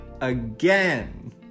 again